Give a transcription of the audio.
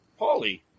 Paulie